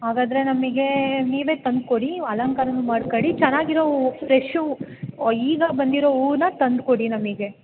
ಹಾಗಾದರೆ ನಮಗೆ ನೀವೇ ತಂದುಕೊಡಿ ಅಲಂಕಾರನು ಮಾಡ್ಕೊಡಿ ಚೆನ್ನಾಗಿರೊ ಹೂವು ಫ್ರೆಶ್ ಹೂ ಈಗ ಬಂದಿರೊ ಹೂವನ್ನ ತಂದುಕೊಡಿ ನಮಗೆ